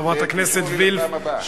חברת הכנסת וילף,